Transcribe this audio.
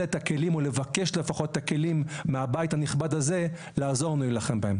את הכלים או לבקש לפחות את הכלים מהבית הנכבד הזה לעזור ולהילחם בהם.